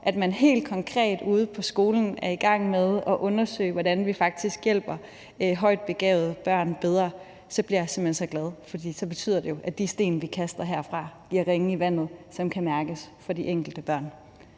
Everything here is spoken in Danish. at man helt konkret ude på skolen er i gang med at undersøge, hvordan man faktisk hjælper højt begavede børn bedre, bliver jeg simpelt hen så glad, for så betyder det jo, at de sten, vi kaster herfra, bliver ringe i vandet, som kan mærkes af de enkelte børn.